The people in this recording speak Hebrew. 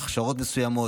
הכשרות מסוימות,